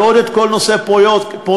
ועוד כל נושא הפרויקט,